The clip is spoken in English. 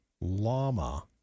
llama